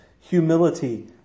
humility